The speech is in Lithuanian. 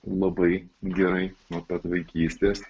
labai gerai nuo pat vaikystės